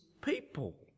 people